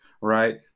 right